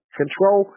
control